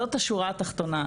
זאת השורה התחתונה.